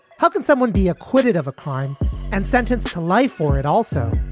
how can someone be acquitted of a crime and sentenced to life for it also?